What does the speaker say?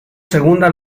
segunda